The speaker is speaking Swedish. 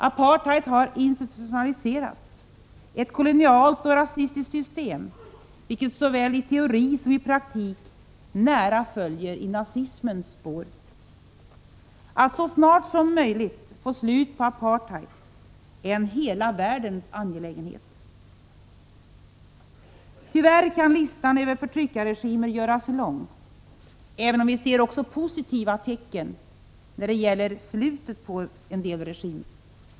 Apartheid har institutionaliserat ett kolonialt och rasistiskt system vilket såväl i teori som i praktik nära följer i nazismens spår. Att så snart som möjligt få slut på apartheid är en hela världens angelägenhet. Tyvärr kan listan över förtryckarregimer göras lång, även om vi ser positiva tecken när det gäller slutet för en del regimer.